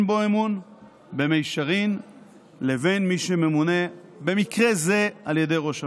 בו אמון במישרין לבין מי שממונה במקרה זה על ידי ראש הממשלה.